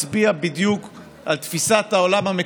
אבל אני חושב שהחוק הזה מצביע בדיוק על תפיסת העולם המקולקלת